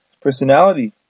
personality